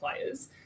players